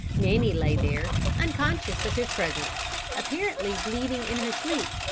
nanny lay there unconscious of his presence apparently bleating in her sleep,